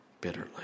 bitterly